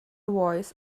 voice